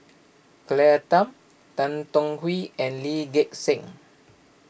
Claire Tham Tan Tong Hye and Lee Gek Seng